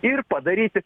ir padaryti